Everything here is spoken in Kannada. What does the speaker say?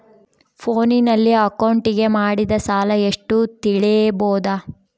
ಫೋನಿನಲ್ಲಿ ಅಕೌಂಟಿಗೆ ಮಾಡಿದ ಸಾಲ ಎಷ್ಟು ತಿಳೇಬೋದ?